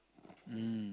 mm